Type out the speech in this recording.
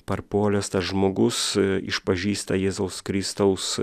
parpuolęs tas žmogus išpažįsta jėzaus kristaus